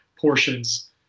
portions